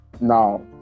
now